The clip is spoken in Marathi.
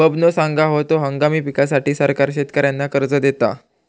बबनो सांगा होतो, हंगामी पिकांसाठी सरकार शेतकऱ्यांना कर्ज देता